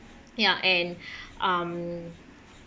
ya and um